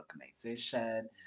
organization